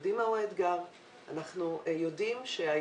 אנחנו יודעים מהו האתגר,